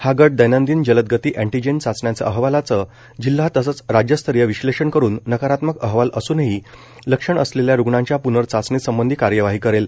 हा गट दैनंदिन जलदगती अँटीजेन चाचण्यांच्या अहवालाचं जिल्हा तसंच राज्यस्तरीय विश्लेषण करून नकारात्मक अहवाल असुनही लक्षणं असलेल्या रुग्णांच्या पूनर्चाचणी संबंधी कार्यवाही करेल